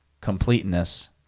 completeness